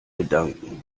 gedanken